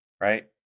right